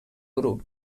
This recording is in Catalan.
grup